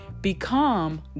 become